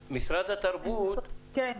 כן.